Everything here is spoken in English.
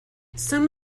some